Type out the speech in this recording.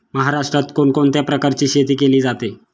महाराष्ट्रात कोण कोणत्या प्रकारची शेती केली जाते?